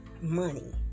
money